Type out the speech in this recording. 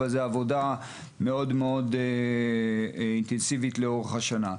אבל זו תוצאה של עבודה מאוד אינטנסיבית שהייתה לאורך השנה.